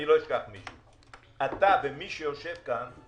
אתה, יחד עם מי שיושב כאן,